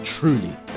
truly